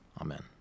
amen